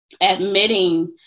admitting